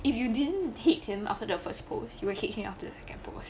if you didn't hate him after the first post you will hate him after the second post